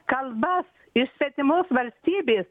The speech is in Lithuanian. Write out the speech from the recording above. kalbas iš svetimos valstybės